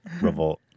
revolt